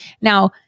Now